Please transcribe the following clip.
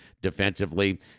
defensively